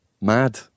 mad